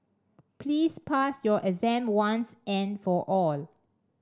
please pass your exam once and for all